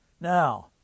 now